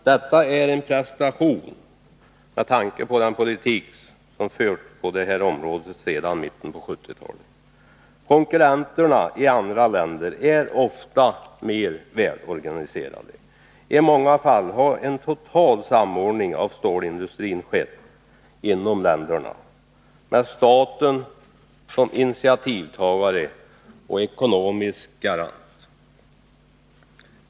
Detta är en prestation med tanke på den politik som har förts på detta område sedan mitten av 1970-talet. Konkurrenterna i andra länder är ofta mer välorganiserade. I många fall har en total samordning av stålindustrin skett inom dessa länder, med staten som initiativtagare och ekonomisk garant.